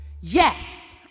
Yes